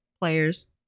players